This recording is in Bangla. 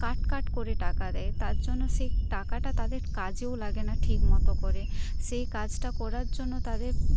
কাট কাট করে টাকা দেয় তার জন্য সে টাকাটা তাদের কাজেও লাগে না ঠিক মতো করে সেই কাজটা করার জন্য তাদের